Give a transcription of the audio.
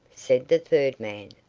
said the third man,